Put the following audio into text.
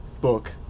book